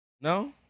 No